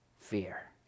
fear